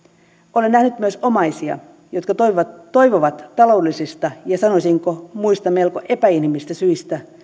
olen nähnyt myös omaisia jotka toivovat taloudellisista ja sanoisinko muista melko epäinhimillisistä syistä